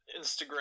Instagram